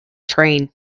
train